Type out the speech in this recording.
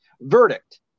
verdict